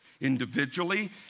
individually